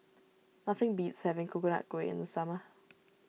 nothing beats having Coconut Kuih in the summer